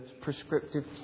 prescriptive